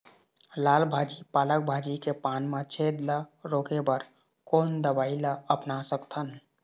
लाल भाजी पालक भाजी के पान मा छेद ला रोके बर कोन दवई ला अपना सकथन?